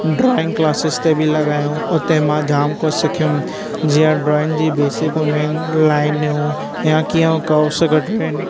drawing classes ते बि लॻायो हुते मां जाम कुझु सिखयुसि जीअं ड्राइंग जी बेसिक हूंदियूं आहिनि लाइनूं या कीअं उह कर्वस कढिणा आहिनि